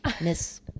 Miss